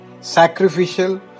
sacrificial